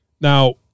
Now